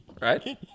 right